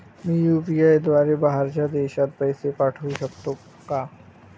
मी UPI द्वारे बाहेरच्या देशात पैसे पाठवू शकतो का?